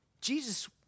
Jesus